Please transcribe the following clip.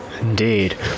Indeed